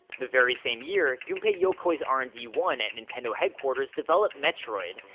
the very same year, gunpei yokoi's r and d one at nintendo headquarters developed metroid.